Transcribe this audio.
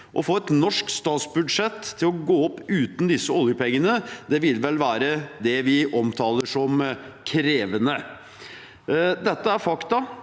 Å få et norsk statsbudsjett til å gå opp uten disse oljepengene ville vel være det vi omtaler som krevende. Dette er fakta